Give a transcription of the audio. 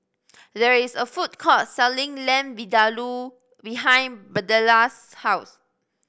there is a food court selling Lamb Vindaloo behind Birdella's house